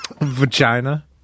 Vagina